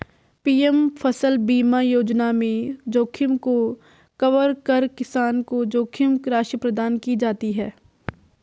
PM फसल बीमा योजना में जोखिम को कवर कर किसान को जोखिम राशि प्रदान की जाती है